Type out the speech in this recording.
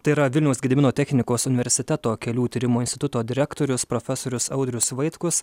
tai yra vilniaus gedimino technikos universiteto kelių tyrimo instituto direktorius profesorius audrius vaitkus